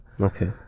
Okay